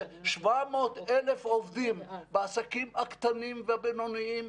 700,000 עובדים בעסקים הקטנים והבינוניים,